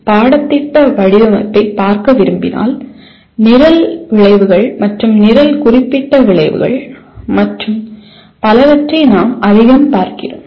நீங்கள் பாடத்திட்ட வடிவமைப்பைப் பார்க்க விரும்பினால் நிரல் விளைவுகள் மற்றும் நிரல் குறிப்பிட்ட விளைவுகள் மற்றும் பலவற்றை நாம் அதிகம் பார்க்கிறோம்